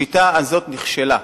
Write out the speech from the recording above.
השיטה הזאת נכשלה,